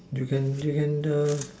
you can you can err